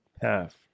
path